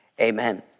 amen